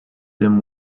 them